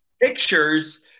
pictures